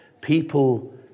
people